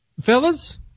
Fellas